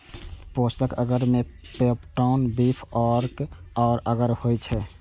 पोषक अगर मे पेप्टोन, बीफ अर्क आ अगर होइ छै